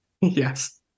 yes